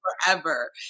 forever